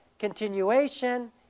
continuation